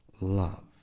love